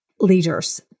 leaders